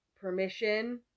permission